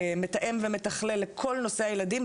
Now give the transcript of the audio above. מתאם ומתכלל את כל נושא הילדים,